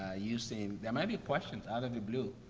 ah using there may be questions out of the blue.